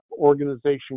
organization